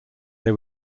they